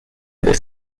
this